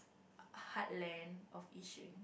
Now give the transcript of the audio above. heartland of Yishun